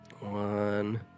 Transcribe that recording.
One